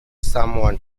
someone